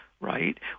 right